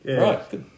Right